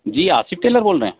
جی Asif Taylor بول رہے ہیں